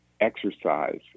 exercise